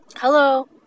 Hello